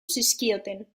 zizkioten